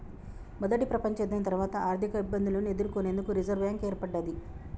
మొదటి ప్రపంచయుద్ధం తర్వాత ఆర్థికఇబ్బందులను ఎదుర్కొనేందుకు రిజర్వ్ బ్యాంక్ ఏర్పడ్డది